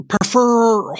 prefer